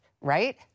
right